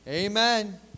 Amen